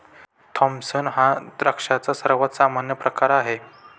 Thompson हा द्राक्षांचा सर्वात सामान्य प्रकार आहे